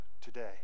today